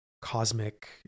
cosmic